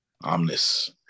Omnis